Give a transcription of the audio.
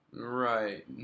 Right